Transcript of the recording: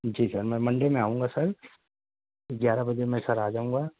جی sir میں Monday میں آؤں گا سر گیارہ بجے میں سر آ جاؤں گا